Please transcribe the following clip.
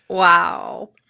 Wow